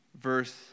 verse